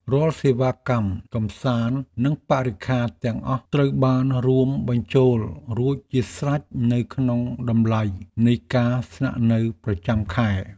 រាល់សេវាកម្មកម្សាន្តនិងបរិក្ខារទាំងអស់ត្រូវបានរួមបញ្ចូលរួចជាស្រេចនៅក្នុងតម្លៃនៃការស្នាក់នៅប្រចាំខែ។